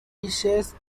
dishes